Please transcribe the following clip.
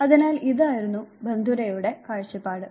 അതിനാൽ ഇതായിരുന്നു ബന്ദുരയുടെ കാഴ്ചപ്പാട്